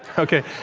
okay.